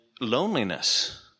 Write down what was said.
loneliness